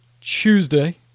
Tuesday